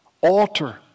Alter